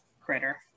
critter